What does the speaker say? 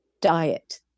diet